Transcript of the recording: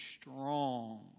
strong